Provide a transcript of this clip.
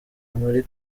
muri